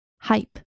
hype